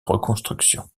reconstruction